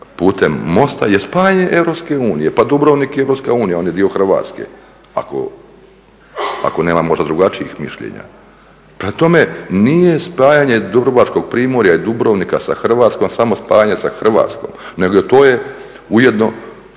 putem mosta je spajanje EU. Pa Dubrovnik je EU, on je dio Hrvatske, ako nema možda drugačijih mišljenja. Prema tome, nije spajanje Dubrovačkog primorja i Dubrovnika sa Hrvatskom samo spajanje sa Hrvatskom, nego to je ujedno